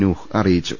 നൂഹ് അറിയി ച്ചു